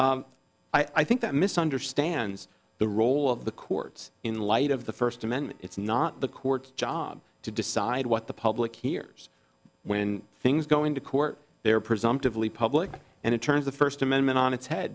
persist i think that misunderstands the role of the courts in light of the first amendment it's not the court's job to decide what the public hears when things go into court they are presumptively public and it turns the first amendment on its head